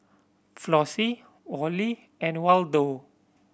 Flossie Wally and Waldo